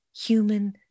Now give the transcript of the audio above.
human